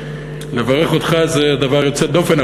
לברך אותך זה דבר יוצא דופן,